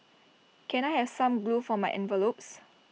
can I have some glue for my envelopes